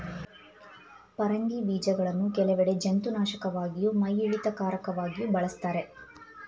ಪರಂಗಿ ಬೀಜಗಳನ್ನು ಕೆಲವೆಡೆ ಜಂತುನಾಶಕವಾಗಿಯೂ ಮೈಯಿಳಿತಕಾರಕವಾಗಿಯೂ ಬಳಸ್ತಾರೆ